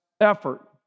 effort